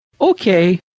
Okay